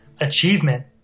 Achievement